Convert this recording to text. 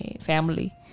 family